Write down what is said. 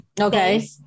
Okay